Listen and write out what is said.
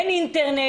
אין אינטרנט,